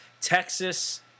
Texas